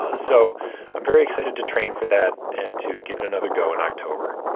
ah so i'm very excited to train for that, and to give it another go in october.